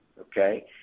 Okay